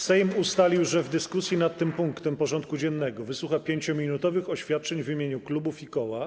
Sejm ustalił, że w dyskusji nad tym punktem porządku dziennego wysłucha 5-minutowych oświadczeń w imieniu klubów i koła.